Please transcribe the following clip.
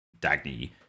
Dagny